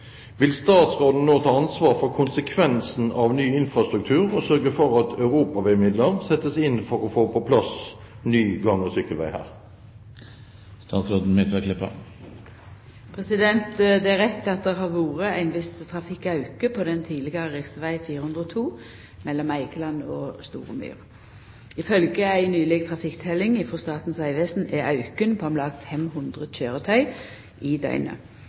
Vil statsråden nå ta ansvar for konsekvensen av ny infrastruktur og sørge for at europaveimidler settes inn for å få på plass ny gang- og sykkelvei her?» Det er rett at det har vore ein viss trafikkauke på den tidlegare rv. 402 mellom Eigeland og Storemyr. Ifølgje ei nyleg trafikkteljing frå Statens vegvesen er auken på om lag 500 køyretøy i døgnet.